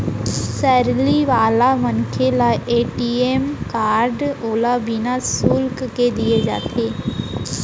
salary वाला मनसे ल ए.टी.एम कारड ओला बिना सुल्क के दिये जाथे